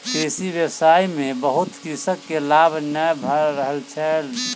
कृषि व्यवसाय में बहुत कृषक के लाभ नै भ रहल छैन